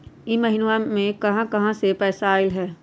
इह महिनमा मे कहा कहा से पैसा आईल ह?